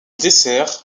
dessert